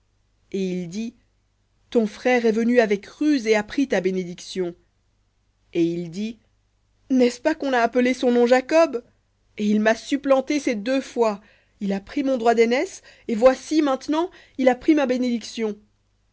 et il dit ton frère est venu avec ruse et a pris ta bénédiction et il dit n'est-ce pas qu'on a appelé son nom jacob et il m'a supplanté ces deux fois il a pris mon droit d'aînesse et voici maintenant il a pris ma bénédiction